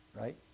right